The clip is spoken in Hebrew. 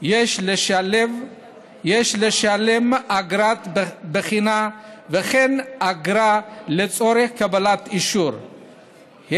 יש לשלם אגרת בחינה וכן אגרה לצורך קבלת אישור,